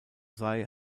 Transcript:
sei